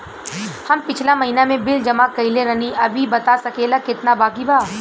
हम पिछला महीना में बिल जमा कइले रनि अभी बता सकेला केतना बाकि बा?